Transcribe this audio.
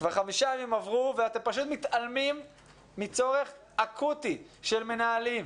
כבר חמישה ימים עברו ואתם פשוט מתעלמים מצורך אקוטי של מנהלים,